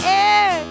air